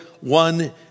one